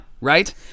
right